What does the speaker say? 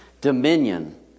Dominion